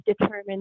determined